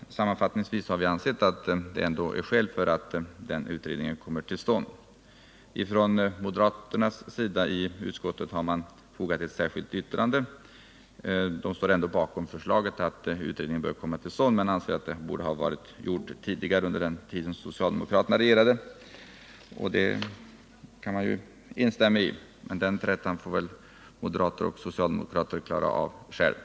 Sammanfattningsvis har vi ansett att det ändå finns skäl för att utredningen kommer till stånd. Moderaternas representanter i utskottet har till denna del av betänkandet fogat ett särskilt yttrande. De står bakom förslaget att utredningen bör komma till stånd, men anser att den borde ha genomförts under den tid då socialdemokraterna regerade. Det kan man ju instämma i, men den trätan får moderater och socialdemokrater klara av själva.